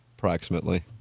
approximately